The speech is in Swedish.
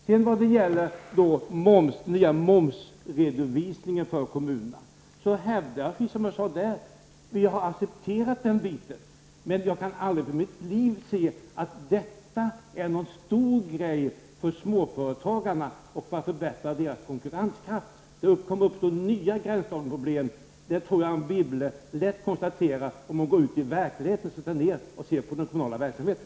Vi har accepterat den nya momsredovisningen för kommunerna, men jag kan aldrig för mitt liv se att detta är någon stor sak för småföretagarna, som gör att deras konkurrenskraft förbättras. Det kommer att uppstå nya gränsdragningsproblem — det kan Anne Wibble lätt konstatera om hon går ut i verkligheten och ser på den kommunala verksamheten.